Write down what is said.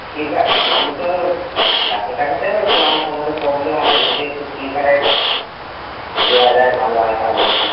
সেইটা আমি তো ডাক্তার দেখাতে যাবো একটু আমার কোমরে প্রব্লেম আছে যদি একটু স্লিপারের দেয়া যায় ভালো হয় তাহলে একটু